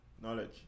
Knowledge